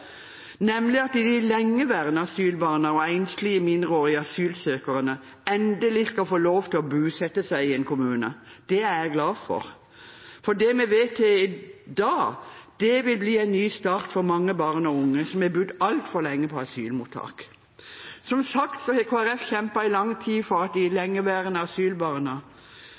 nemlig at de lengeværende asylbarna og de enslige mindreårige asylsøkerne endelig skal få lov til å bosette seg i en kommune. Det er jeg glad for. Det vi vedtar i dag, vil bli en ny start for mange barn og unge som har bodd altfor lenge på asylmottak. Som sagt har Kristelig Folkeparti kjempet i lang tid for de lengeværende asylbarna,